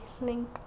link